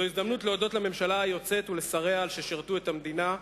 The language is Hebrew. זאת ההזדמנות להודות לממשלה היוצאת ולשריה על ששירתו את המדינה,